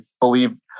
believe